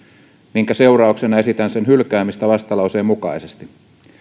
minkä seurauksena esitän sen hylkäämistä vastalauseen mukaisesti